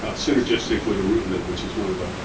ah synergistic with ibrutinib, which is one of the